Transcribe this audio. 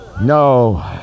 No